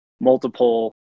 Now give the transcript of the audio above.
multiple